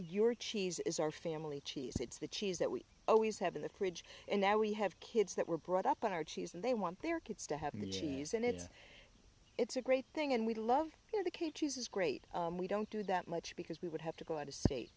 your cheese is our family cheese it's the cheese that we always have in the fridge and now we have kids that were brought up on our cheese and they want their kids to have the cheese and it's it's a great thing and we love going to katie's is great we don't do that much because we would have to go out of state